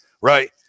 Right